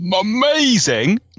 amazing